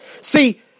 See